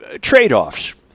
trade-offs